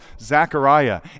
Zechariah